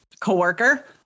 co-worker